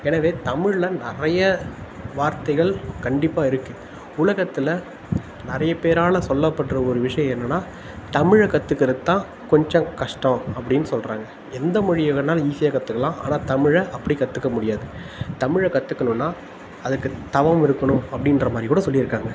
எனவே தமிழில் நிறைய வார்த்தைகள் கண்டிப்பாக இருக்குது உலகத்தில் நிறைய பேரால் சொல்லப்படுற ஒரு விஷயம் என்னென்னா தமிழை கற்றுக்குறத்தான் கொஞ்சம் கஷ்டம் அப்படின்னு சொல்கிறாங்க எந்த மொழியை வேணாலும் ஈஸியாக கற்றுக்கலாம் ஆனால் தமிழை அப்படி கற்றுக்க முடியாது தமிழை கற்றுக்கணுன்னா அதுக்கு தவம் இருக்கணும் அப்படின்ற மாதிரிக்கூட சொல்லியிருக்காங்க